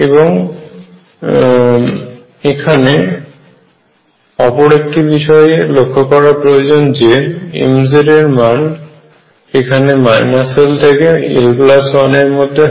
এবং এখানে ওপর একটি বিষয়ে লক্ষ্য করা প্রয়োজন যে mz এর মান এখানে l থেকে l1 এর মধ্যে হয়